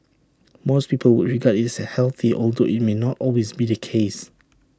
most people would regard IT as healthy although IT may not always be the case